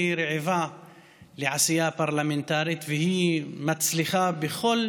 היא רעבה לעשייה פרלמנטרית והיא מצליחה בכל